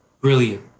brilliant